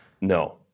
No